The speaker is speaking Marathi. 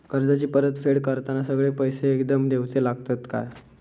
कर्जाची परत फेड करताना सगळे पैसे एकदम देवचे लागतत काय?